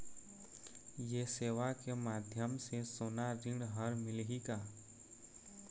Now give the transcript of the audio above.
ये सेवा के माध्यम से सोना ऋण हर मिलही का?